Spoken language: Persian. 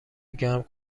گرم